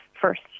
first